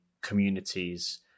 communities